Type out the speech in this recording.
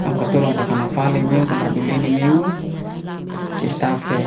Am kos to raka na fale niuw ta nuru nelu meiuw tam duru re ni meiuw ce safe